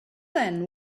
then